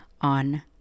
on